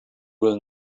will